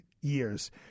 years